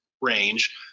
range